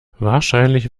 wahrscheinlich